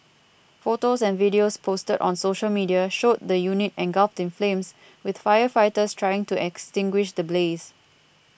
photos and videos posted on social media showed the unit engulfed in flames with firefighters trying to extinguish the blaze